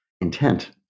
intent